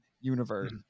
universe